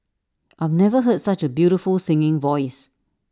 I've never heard such A beautiful singing voice